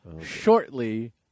shortly